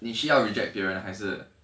你需要 reject 别人还是